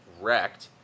wrecked